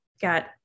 got